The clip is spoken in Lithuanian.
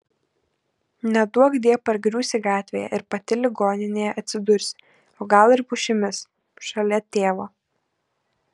neduokdie pargriūsi gatvėje ir pati ligoninėje atsidursi o gal ir po pušimis šalia tėvo